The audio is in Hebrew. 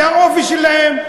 זה האופי שלהם,